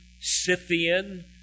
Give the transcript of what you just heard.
Scythian